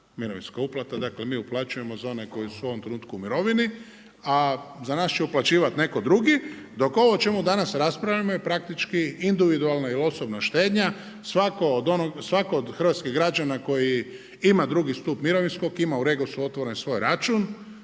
mirovinska uplata dakle mi uplaćujemo za one koji su u ovom trenutku u mirovini a za nas će uplaćivati netko drugi. Dok ovo o čemu danas raspravljamo je praktički individualna ili osobna štednja, svatko od hrvatskih građana koji ima drugi stup mirovinskog, ima u Regosu otvoren svoj račun,